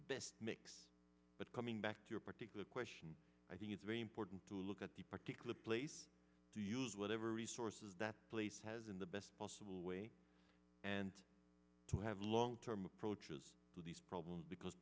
best mix but coming back to your particular question i think it's very important to look at the particular place to use whatever resources that place has in the best possible way and to have long term approaches to these problems because